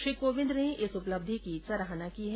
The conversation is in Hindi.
श्री कोविन्द ने इस उपलब्धि की सराहना की है